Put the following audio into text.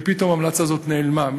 ופתאום ההמלצה הזאת נעלמה,